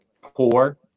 poor